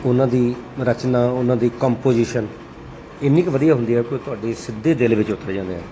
ਉਹਨਾਂ ਦੀ ਰਚਨਾ ਉਹਨਾਂ ਦੀ ਕੰਪੋਜੀਸ਼ਨ ਇੰਨੀ ਕੁ ਵਧੀਆ ਹੁੰਦੀ ਹੈ ਕਿ ਤੁਹਾਡੇ ਸਿੱਧੇ ਦਿਲ ਵਿੱਚ ਉਤਰ ਜਾਂਦੇ ਆ